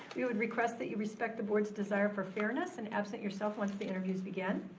we would request that you respect the board's desire for fairness and absent yourself once the interviews begin.